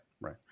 right